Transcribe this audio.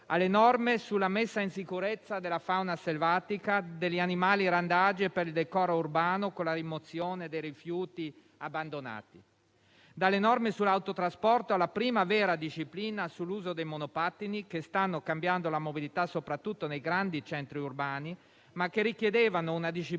dalle norme sulla messa in sicurezza della fauna selvatica e degli animali randagi a quelle per il decoro urbano, con la rimozione dei rifiuti abbandonati; dalle norme sull'autotrasporto alla prima vera disciplina sull'uso dei monopattini, che stanno cambiando la mobilità, soprattutto nei grandi centri urbani, ma che richiedevano una normativa